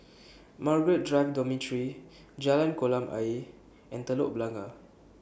Margaret Drive Dormitory Jalan Kolam Ayer and Telok Blangah